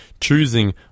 choosing